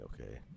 okay